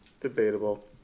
debatable